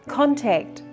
contact